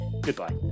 Goodbye